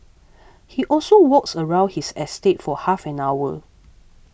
he also walks around his estate for half an hour